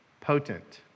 potent